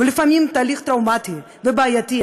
ולפעמים תהליך טראומטי ובעייתי,